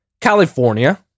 California